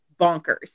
bonkers